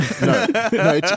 No